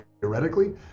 theoretically